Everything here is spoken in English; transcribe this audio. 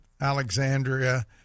Alexandria